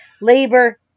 labor